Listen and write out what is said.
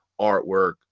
artwork